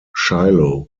shiloh